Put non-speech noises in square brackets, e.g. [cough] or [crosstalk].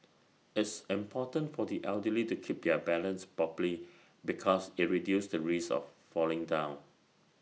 [noise] it's important for the elderly to keep their balance properly because IT reduces the risk of falling down